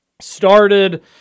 started